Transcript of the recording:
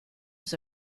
was